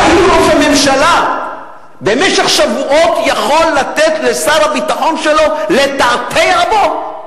האם ראש הממשלה במשך שבועות יכול לתת לשר הביטחון שלו לתעתע בו?